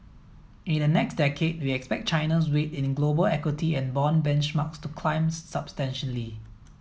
in the next decade we expect China's weight in global equity and bond benchmarks to climb substantially